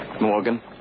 Morgan